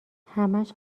همش